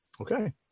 Okay